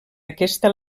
aquesta